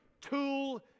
tool